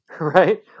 right